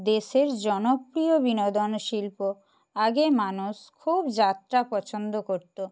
দেশের জনপ্রিয় বিনোদন শিল্প আগে মানুষ খুব যাত্রা পছন্দ করতো